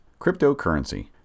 Cryptocurrency